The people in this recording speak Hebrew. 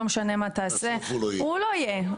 לא משנה מה תעשה הוא לא יהיה.